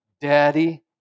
Daddy